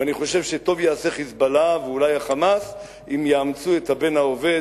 אני חושב שטוב יעשה "חיזבאללה" או ה"חמאס" אם יאמצו את הבן האובד,